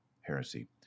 heresy